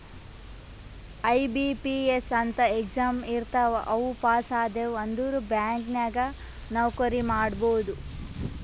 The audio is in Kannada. ಐ.ಬಿ.ಪಿ.ಎಸ್ ಅಂತ್ ಎಕ್ಸಾಮ್ ಇರ್ತಾವ್ ಅವು ಪಾಸ್ ಆದ್ಯವ್ ಅಂದುರ್ ಬ್ಯಾಂಕ್ ನಾಗ್ ನೌಕರಿ ಮಾಡ್ಬೋದ